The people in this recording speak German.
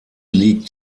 liegt